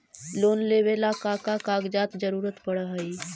Loan लेवेला का का कागजात जरूरत पड़ हइ?